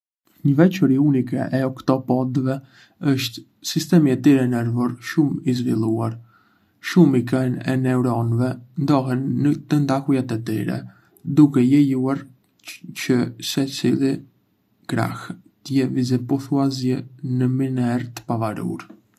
Një veçori unike e oktapodëve është sistemi i tyre nervor shumë i zhvilluar. Shumica e neuronëve ndodhen në tentakulat e tyre, duke lejuar që secili krah të lëvizë pothuajse në mënyrë të pavarur.